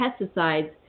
pesticides